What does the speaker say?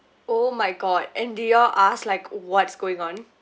oh my god and did you all asked like what's going on